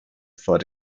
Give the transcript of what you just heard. vor